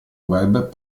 web